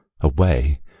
Away